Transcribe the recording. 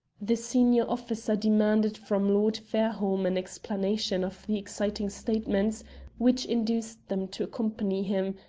the senior officer demanded from lord fairholme an explanation of the exciting statements which induced them to accompany him,